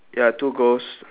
ya two ghost